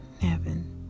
Heaven